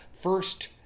first